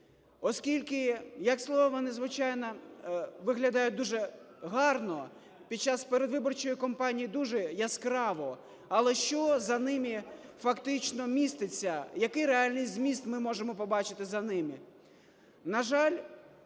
Оскільки, як слова вони, звичайно, виглядають дуже гарно, під час передвиборчої кампанії дуже яскраво. Але що за ними фактично міститься, який реальний зміст ми можемо побачити за ними?